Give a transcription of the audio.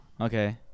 Okay